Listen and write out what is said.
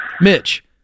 Mitch